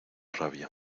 rabia